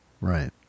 right